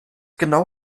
genau